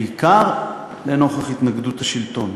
בעיקר לנוכח התנגדות השלטון.